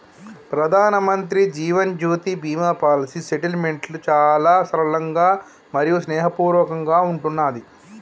ప్రధానమంత్రి Jeevan Jyoti Bima policy settlement చాలా సరళంగా మరియు స్నేహపూర్వకంగా ఉంటున్నాది